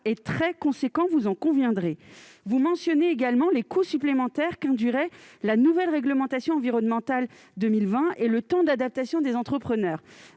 est très important, vous en conviendrez. Vous mentionnez également les coûts supplémentaires qu'induirait la nouvelle réglementation environnementale 2020 et le temps d'adaptation nécessaire pour